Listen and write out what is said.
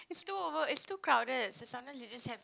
it's too over it's too crowded so sometimes you just have